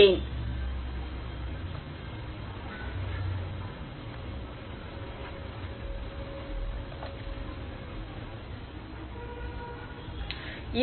ஏன்